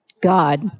God